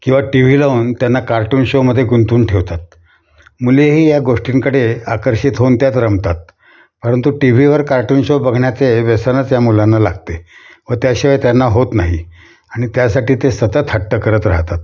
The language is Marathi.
किंवा टी व्ही लावून त्यांना कार्टून शोमध्ये गुंतवून ठेवतात मुलेही या गोष्टींकडे आकर्षित होऊन त्यात रमतात परंतु टी व्हीवर कार्टून शो बघण्याचे व्यसनच या मुलांना लागते व त्याशिवाय त्यांना होत नाही आणि त्यासाठी ते सतत हट्ट करत राहतात